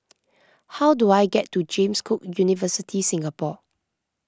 how do I get to James Cook University Singapore